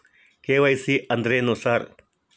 KYC ಅಂದ್ರೇನು sir?